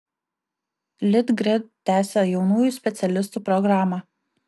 litgrid tęsia jaunųjų specialistų programą